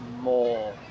more